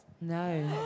No